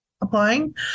applying